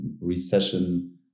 recession